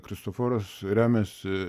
kristoforas remiasi